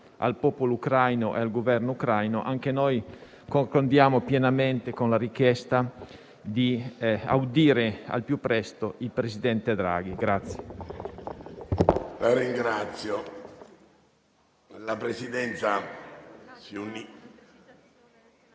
al popolo ucraino e al suo Governo, anche noi concordiamo pienamente con la richiesta di audire al più presto il presidente Draghi.